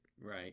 right